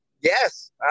Yes